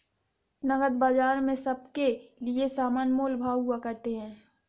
नकद बाजार में सबके लिये समान मोल भाव हुआ करते हैं